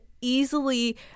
Easily